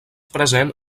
present